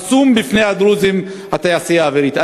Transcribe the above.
חסום בפני הדרוזים, התעשייה האווירית.